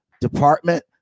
department